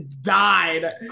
died